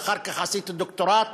ואחר כך עשיתי דוקטורט